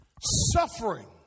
Suffering